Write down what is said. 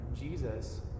Jesus